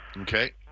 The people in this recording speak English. Okay